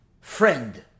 friend